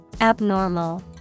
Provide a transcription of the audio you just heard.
Abnormal